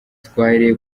twahereye